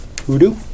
voodoo